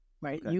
Right